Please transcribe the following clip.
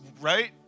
right